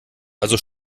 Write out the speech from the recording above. also